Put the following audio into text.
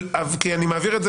כי אני מעביר את זה